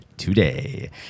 today